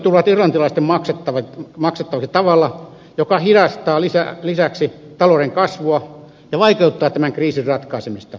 viime kädessä tukitoimet tulevat irlantilaisten maksettavaksi tavalla joka hidastaa talouden kasvua ja vaikeuttaa tämän kriisin ratkaisemista